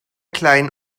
kleinen